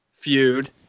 feud